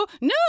no